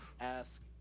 ask